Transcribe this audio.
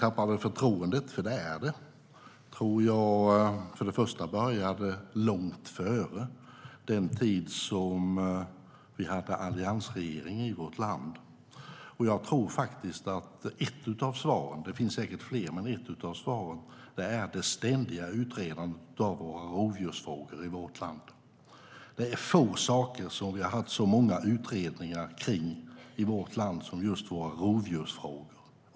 STYLEREF Kantrubrik \* MERGEFORMAT Jakt och viltvårdDet är få saker i vårt land som vi har haft så många utredningar av som just våra rovdjursfrågor.